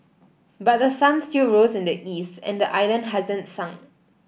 but the sun still rose in the east and the island hasn't sunk